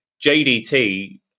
JDT